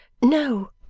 no,